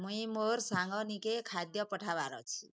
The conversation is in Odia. ମୁଇଁ ମୋର୍ ସାଙ୍ଗ ନିକେ ଖାଦ୍ୟ ପଠାବାର୍ ଅଛି